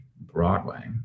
Broadway